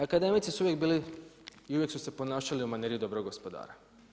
Akademici su uvijek bili i uvijek su se ponašali u maniri dobrog gospodara.